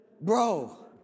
Bro